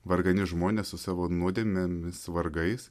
vargani žmonės su savo nuodėmėmis vargais